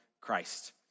Christ